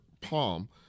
palm